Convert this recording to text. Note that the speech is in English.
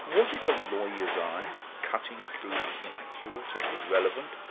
was it a lawyer's eye cutting through the inaccurate and irrelevant,